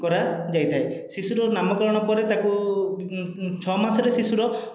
କରାଯାଇଥାଏ ଶିଶୁର ନାମକରଣ ପରେ ତାକୁଛଅ ମାସରେ ଶିଶୁର